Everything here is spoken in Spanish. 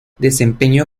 desempeñó